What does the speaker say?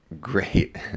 great